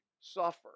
suffer